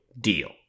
deal